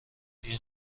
این